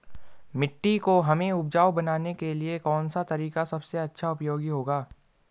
मिट्टी को हमें उपजाऊ बनाने के लिए कौन सा तरीका सबसे अच्छा उपयोगी होगा?